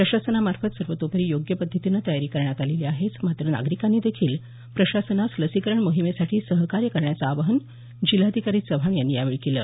प्रशासनामार्फत सर्वोतोपरी योग्य पद्धतीने तयारी करण्यात आलेली आहेच मात्र नागरिकांनी देखील प्रशासनास लसीकरण मोहिमेसाठी सहकार्य करण्याचं आवाहन जिल्हाधिकारी चव्हाण यांनी यावेळी केलं